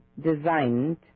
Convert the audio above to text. designed